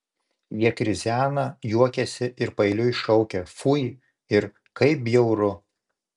jie krizena juokiasi ir paeiliui šaukia fui ir kaip bjauru